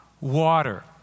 water